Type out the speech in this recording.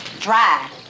dry